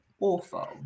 awful